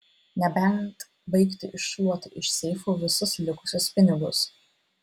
nebent baigti iššluoti iš seifų visus likusius pinigus